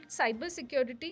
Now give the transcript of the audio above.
cybersecurity